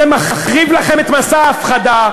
זה מחריב לכם את מסע ההפחדה.